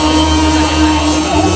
and